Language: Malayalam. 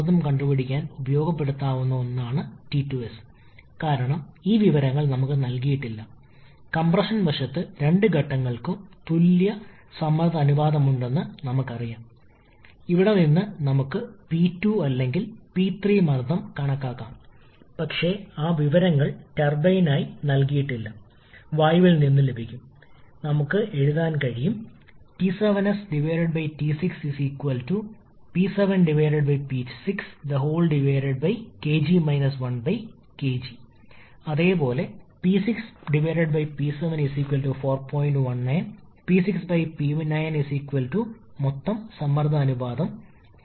ട്ട്പുട്ട് ലഭിക്കാൻ ഇപ്പോൾ നമുക്ക് സംസ്ഥാനത്തിന്റെ അനുയോജ്യമായ വാതക സമവാക്യം ഉപയോഗിക്കാം അതിലൂടെ ഈ ഐസന്റ്രോപിക് പ്രക്രിയയെ ആപേക്ഷികത ഉപയോഗിച്ച് പ്രതിനിധീകരിക്കാൻ കഴിയും കംപ്രസ്സറിനായുള്ള വർക്ക് ഇൻപുട്ട് ആവശ്യകതയ്ക്കായി എക്സ്പ്രഷനിൽ V യുടെ ഈ മൂല്യം മാറ്റിസ്ഥാപിക്കുന്നു അതിനാൽ നമ്മൾ ഇപ്പോൾ ഈ സംയോജനം നടത്തുകയാണെങ്കിൽ അതിനാൽ നമ്മൾക്ക് ഇവയുണ്ട് സംയോജന പരിധി 1 മുതൽ C വരെയാണ് നിങ്ങൾ ഇത് ഇപ്പോൾ സമവാക്യവുമായി സംയോജിപ്പിക്കുകയാണെങ്കിൽ 𝑃𝑉𝑛 𝑦 അപ്പോൾ ഇത് ഇതുപോലെ വരും ഇപ്പോൾ നമുക്ക് അനുയോജ്യമായ സംസ്ഥാനത്തിന്റെ അനുയോജ്യമായ വാതക സമവാക്യം ഉപയോഗിക്കുന്നു ഇത് നിങ്ങളുടെ സമവാക്യത്തിന്റെ അനുയോജ്യമായ വാതക രൂപമായി മാറുന്നു